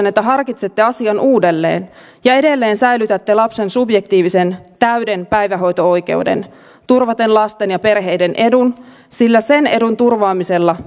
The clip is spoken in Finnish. että harkitsette asian uudelleen ja edelleen säilytätte lapsen subjektiivisen täyden päivähoito oikeuden turvaten lasten ja perheiden edun sillä sen edun turvaamisella